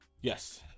yes